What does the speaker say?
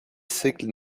cycle